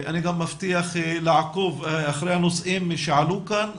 אני גם מבטיח לעקוב אחרי הנושאים שעלו כאן.